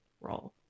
role